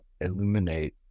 illuminate